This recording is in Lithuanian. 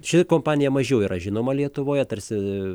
ši kompanija mažiau yra žinoma lietuvoje tarsi